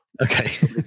Okay